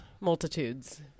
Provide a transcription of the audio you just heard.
multitudes